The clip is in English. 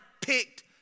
picked